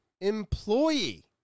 employee